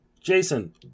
Jason